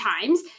times